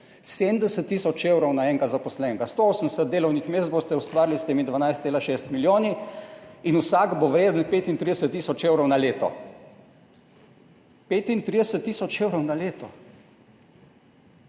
70 tisoč evrov na enega zaposlenega, 180 delovnih mest boste ustvarili s temi 12,6 milijoni in vsak bo vreden 35 tisoč evrov na leto. Ali se vi hecate